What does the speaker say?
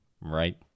right